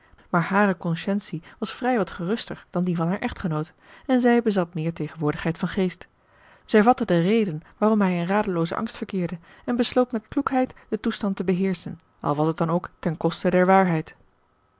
maar hare consciëntie was vrij wat geruster dan die van haar echtgenoot en zij bezat meer tegenwoordigheid van geest zij vatte de reden waarom hij in radeloozen angst verkeerde en besloot met kloekheid den toestand te beheerschen al was het dan ook ten koste der waarheid